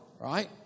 right